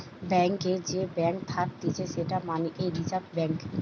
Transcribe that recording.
ব্যাংকারের যে ব্যাঙ্ক থাকতিছে সেটা মানে রিজার্ভ ব্যাঙ্ক